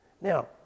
Now